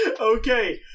Okay